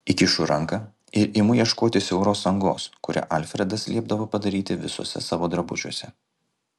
įkišu ranką ir imu ieškoti siauros angos kurią alfredas liepdavo padaryti visuose savo drabužiuose